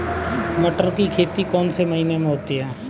मटर की खेती कौन से महीने में होती है?